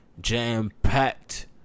jam-packed